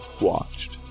watched